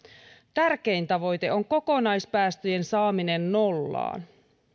tärkein tavoite on kokonaispäästöjen saaminen nollaan